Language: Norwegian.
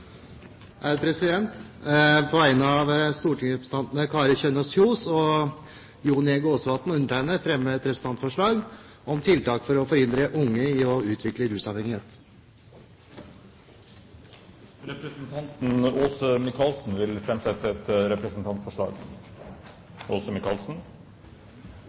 et representantforslag. På vegne av stortingsrepresentantene Kari Kjønaas Kjos, Jon Jæger Gåsvatn og meg selv fremmer jeg et representantforslag om tiltak for å forhindre unge i å utvikle rusavhengighet. Representanten Åse Michaelsen vil framsette et representantforslag.